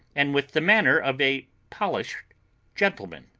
and with the manner of a polished gentleman.